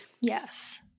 Yes